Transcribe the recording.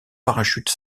parachute